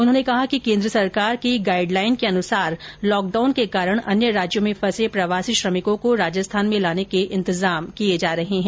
उन्होंने कहा कि केन्द्र सरकार की गाईडलाईन के अनुसार लॉकडाउन के कारण अन्य राज्यों में फंसे प्रवासी श्रमिकों को राजस्थान में लाने के इंतजाम किए जा रहे है